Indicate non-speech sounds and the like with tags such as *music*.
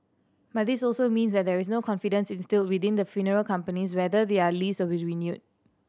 but this also means that there is no confidence instilled within the funeral companies whether their lease *unintelligible* renewed